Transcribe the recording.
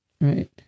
Right